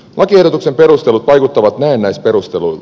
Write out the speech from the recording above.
lakiehdotuksen perustelut vaikuttavat näennäisperusteluilta